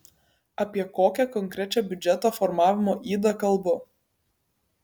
apie kokią konkrečią biudžeto formavimo ydą kalbu